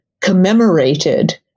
commemorated